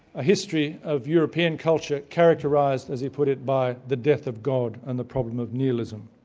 a history of european culture characterized, as he put it, by the death of god and the problem of nihilism.